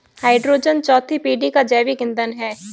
hydrogen चौथी पीढ़ी का जैविक ईंधन है